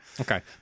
Okay